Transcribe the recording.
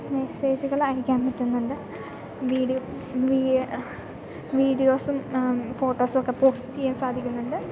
മെസ്സേജുകൾ അയക്കാൻ പറ്റുന്നുണ്ട് വീഡിയോ വീഡിയോസും ഫോട്ടോസും ഒക്കെ പോസ്റ്റ് ചെയ്യാൻ സാധിക്കുന്നുണ്ട്